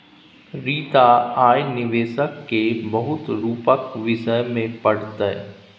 रीता आय निबेशक केर बहुत रुपक विषय मे पढ़तै